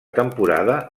temporada